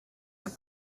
are